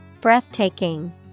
Breathtaking